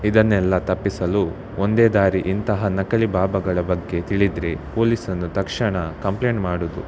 ಇದನ್ನೆಲ್ಲ ತಪ್ಪಿಸಲು ಒಂದೇ ದಾರಿ ಇಂತಹ ನಕಲಿ ಬಾಬಾಗಳ ಬಗ್ಗೆ ತಿಳಿದರೆ ಪೋಲಿಸನ್ನು ತಕ್ಷಣ ಕಂಪ್ಲೇಂಟ್ ಮಾಡುವುದು